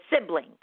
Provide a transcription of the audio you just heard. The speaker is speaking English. sibling